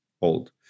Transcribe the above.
old